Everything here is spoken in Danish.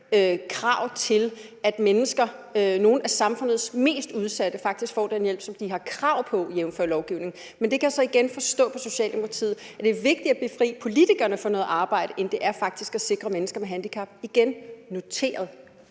krav til, at nogle af samfundets mest udsatte mennesker faktisk får den hjælp, som de har krav på, jævnfør lovgivningen. Men der kan jeg så igen forstå på Socialdemokratiet, at det er vigtigere at befri politikerne for noget arbejde, end det faktisk er at sikre mennesker med handicap. Igen er